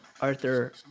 Arthur